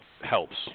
helps